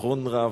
ביטחון רב.